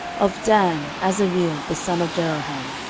of dan, azareel the son of jeroham.